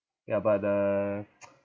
ya but the